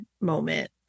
moment